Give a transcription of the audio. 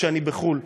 כשאני בחו"ל.